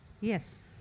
Yes